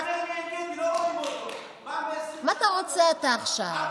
לא רואים אותו, מה אתה רוצה, אתה, עכשיו?